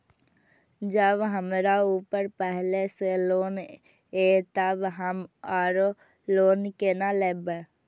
जब हमरा ऊपर पहले से लोन ये तब हम आरो लोन केना लैब?